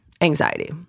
Anxiety